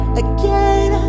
again